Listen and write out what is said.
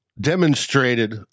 demonstrated